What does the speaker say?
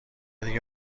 دیگه